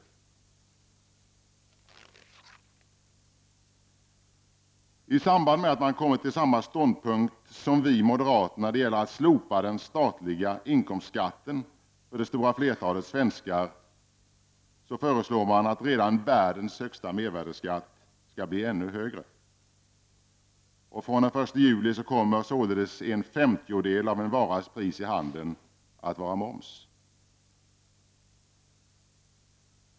I samband med att man kommit till samma ståndpunkt som vi moderater när det gäller att slopa den statliga inkomstskatten för det stora flertalet svenskar föreslår man att världens redan högsta mervärdeskatt skall bli ännu högre. Från den 1 juli kommer således en femtedel av en varas pris i handeln att vara moms.